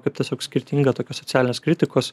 kaip tiesiog skirtinga tokia socialinės kritikos